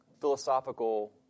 philosophical